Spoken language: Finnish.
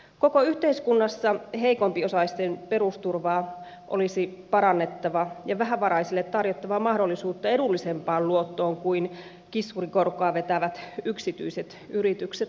koko yhteiskunnassa heikompiosaisten perusturvaa olisi parannettava ja vähävaraisille tarjottava mahdollisuutta edullisempaan luottoon kuin kiskurikorkoa vetävät yksityiset yritykset tarjoavat